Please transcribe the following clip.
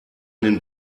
den